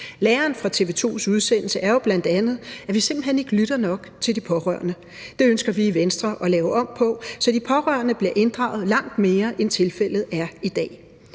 Læren fra TV 2's udsendelse er jo bl.a., at vi simpelt hen ikke lytter nok til de pårørende. Det ønsker vi i Venstre at lave om på, så de pårørende bliver inddraget langt mere, end tilfældet er i dag.